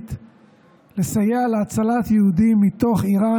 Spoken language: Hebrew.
היהודית להצלת יהודים מתוך איראן,